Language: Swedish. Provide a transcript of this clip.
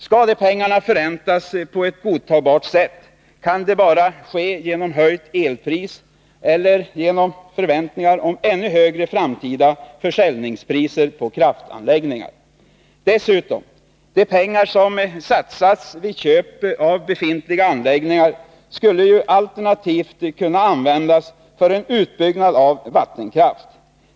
Skall de pengarna förräntas på ett godtagbart sätt, kan det bara ske genom höjt elpris eller genom förväntningar om ännu högre framtida försäljningspriser på kraftanläggningar. De pengar som satsats vid köp av befintliga anläggningar skulle dessutom alternativt ha kunnat användas för en utbyggnad av vattenkraft.